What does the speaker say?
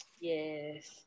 Yes